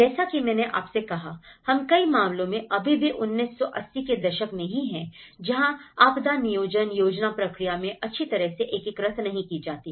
जैसा कि मैंने आपसे कहा हम कई मामलों में अभी भी 1980 के दशक में ही हैं जहां आपदा नियोजन योजना प्रक्रिया में अच्छी तरह से एकीकृत नहीं की जाति